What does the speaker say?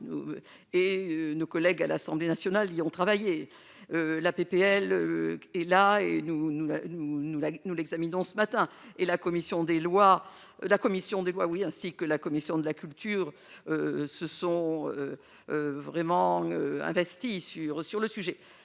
et nos collègues à l'Assemblée nationale y ont travaillé la PPL est là et nous, nous nous nous nous l'examinons ce matin et la commission des lois, la commission des Lois oui, ainsi que la commission de la culture, se sont vraiment investis sur sur le sujet